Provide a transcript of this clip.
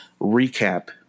recap